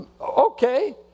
Okay